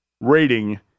rating